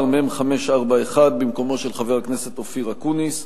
מ/541, במקום חבר הכנסת אופיר אקוניס.